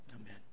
amen